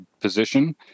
position